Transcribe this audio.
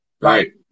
right